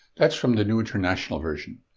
that's from the new international version.